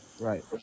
Right